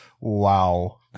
Wow